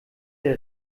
der